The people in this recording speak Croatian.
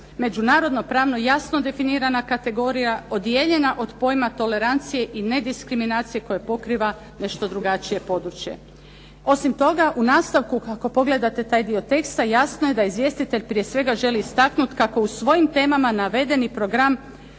međunarodnopravno jasno definirana kategorija, odijeljena od pojma tolerancije i nediskriminacije koja pokriva nešto drugačije područje. Osim toga, u nastavku ako pogledate taj dio teksta jasno je da izvjestitelj prije svega želi istaknuti kako u svojim temama navedeni program